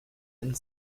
and